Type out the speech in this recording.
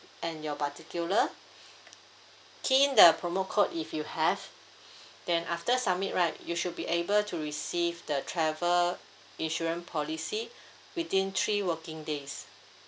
and your particular key in the promo code if you have then after submit right you should be able to receive the travel insurance policy within three working days